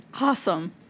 Awesome